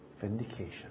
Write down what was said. vindication